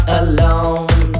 alone